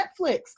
Netflix